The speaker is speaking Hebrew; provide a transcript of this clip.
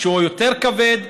שהוא יותר כבד,